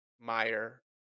Meyer